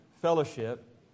fellowship